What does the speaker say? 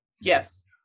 Yes